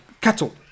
cattle